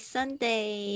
Sunday